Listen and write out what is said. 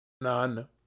None